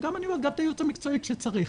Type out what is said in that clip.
וגם את הייעוץ המקצועי כשצריך.